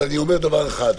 אבל אני אומר דבר אחד,